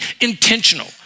intentional